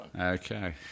okay